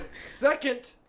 Second